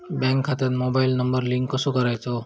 Bank खात्यात mobile number link कसो करायचो?